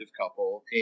couple